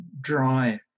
dry